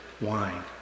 wine